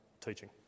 teaching